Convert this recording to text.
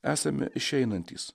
esame išeinantys